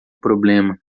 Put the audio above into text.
problema